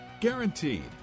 Guaranteed